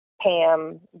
Pam